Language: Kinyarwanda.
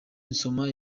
nsoma